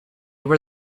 were